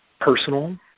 personal